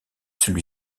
celui